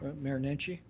mayor nenshi,